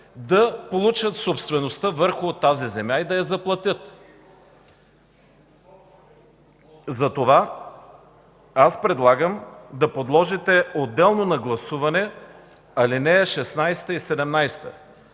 да получат собствеността върху тази земя и да я заплатят. Аз предлагам да подложите отделно на гласуване алинеи 16 и 17,